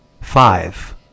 five